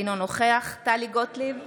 אינו נוכח טלי גוטליב,